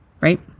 right